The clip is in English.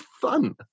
fun